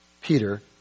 Peter